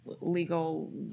legal